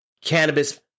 cannabis